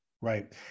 Right